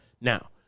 Now